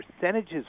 percentages